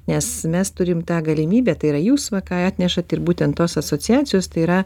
nes mes turim tą galimybę tai yra jūs va ką atnešat ir būtent tos asociacijos tai yra